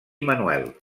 manuel